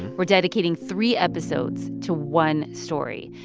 we're dedicating three episodes to one story,